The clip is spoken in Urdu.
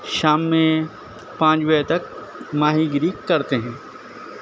شام میں پانچ بجے تک ماہی گیری کرتے ہیں